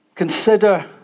Consider